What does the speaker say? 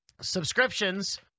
Subscriptions